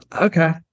Okay